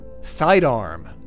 Sidearm